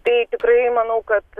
tai tikrai manau kad